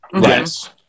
yes